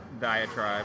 diatribe